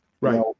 Right